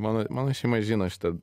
mano mano šeima žino šitą